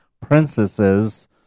princesses